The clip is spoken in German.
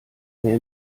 mehr